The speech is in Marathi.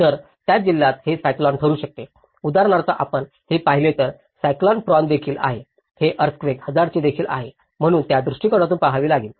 तर त्याच जिल्ह्यात हे सायक्लॉन ठरू शकते उदाहरणार्थ आपण हे पाहिले तर ते सायक्लॉन प्रॉन देखील आहे हे अर्थक्वेक हझार्डचे देखील आहे म्हणून त्या दृष्टीकोनातून पहावे लागेल